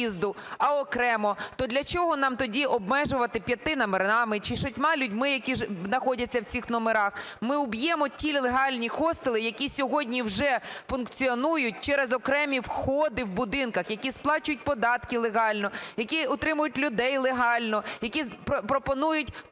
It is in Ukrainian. а окремо, то для чого нам тоді обмежувати п'яти номерами чи шістьма людьми, які знаходяться в цих номерах. Ми уб'ємо ті легальні хостели, які сьогодні вже функціонують через окремі входи в будинках, які сплачують податки легально, які утримують людей легально, які пропонують